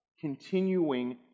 continuing